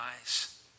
eyes